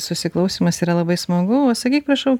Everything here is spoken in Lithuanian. susiklausymas yra labai smagu o sakyk prašau